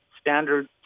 standard